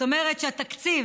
זאת אומרת שהתקציב